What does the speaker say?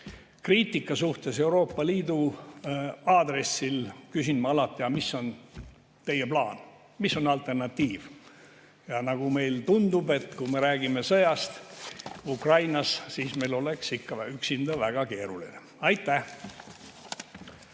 kriitika suhtes Euroopa Liidu aadressil küsin ma alati: aga mis on teie plaan, mis on alternatiiv? Ja nagu meile tundub, kui me räägime sõjast Ukrainas, siis meil oleks üksinda ikka väga keeruline. Aitäh!